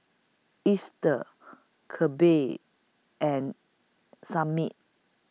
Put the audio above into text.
Easter Kelby and Samit